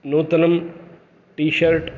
नूतनं T shirt